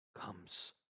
comes